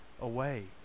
away